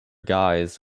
guys